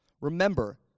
Remember